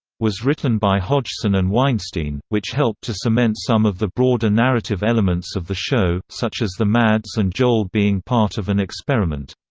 was written by hodgson and weinstein, which helped to cement some of the broader narrative elements of the show, such as the mads and joel being part of an experiment.